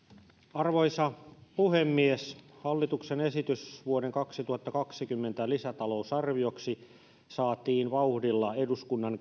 arvoisa puhemies hallituksen esitys vuoden kaksituhattakaksikymmentä lisätalousarvioksi saatiin vauhdilla eduskunnan